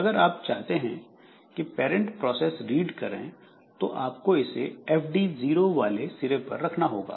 अगर आप चाहते हैं कि पैरंट प्रोसेस रीड करें तो आपको इसे fd 0 वाले सिरे पर रखना होगा